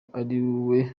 ariwe